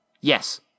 Yes